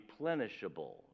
replenishable